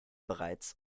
bereits